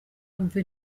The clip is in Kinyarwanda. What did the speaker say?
umva